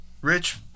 Rich